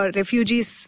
refugees